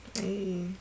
hey